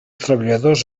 treballadors